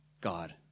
God